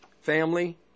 family